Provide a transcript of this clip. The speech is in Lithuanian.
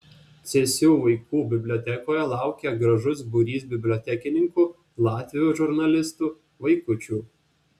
cėsių vaikų bibliotekoje laukė gražus būrys bibliotekininkų latvių žurnalistų vaikučių